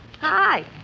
Hi